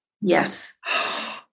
Yes